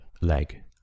leg